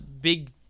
big